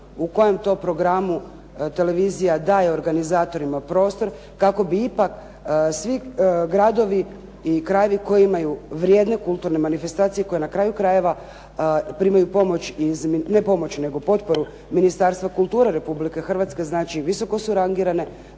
u kojem to programu televizija da je organizatorima prostor, kako bi ipak svi gradovi i krajevi koji imaju vrijedne kulturne manifestacije koji na kraju krajeva primaju potporu Ministarstva kulture Republike Hrvatske, znači visoko su rangirane,